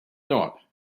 not